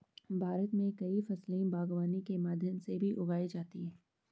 भारत मे कई फसले बागवानी के माध्यम से भी उगाई जाती है